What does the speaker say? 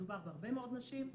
מדובר בהרבה מאוד נשים.